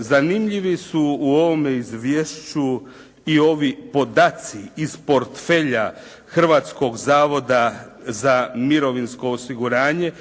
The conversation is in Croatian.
Zanimljivi su u ovome izvješću i ovi podaci iz portfelja Hrvatskog zavoda za mirovinsko osiguranje,